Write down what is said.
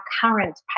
current